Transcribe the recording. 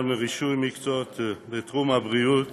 רישוי מקצועות בתחום הרפואה והבריאות